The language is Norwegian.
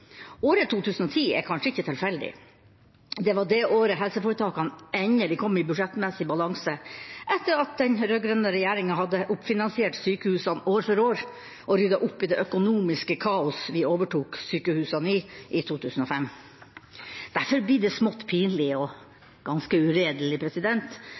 Året 2010 er kanskje ikke tilfeldig. Det var det året helseforetakene endelig kom i budsjettmessig balanse, etter at den rød-grønne regjeringa hadde oppfinansiert sykehusene år for år og ryddet opp i det økonomiske kaos vi overtok sykehusene i i 2005. Derfor blir det smått pinlig